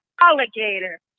alligator